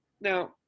Now